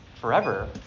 forever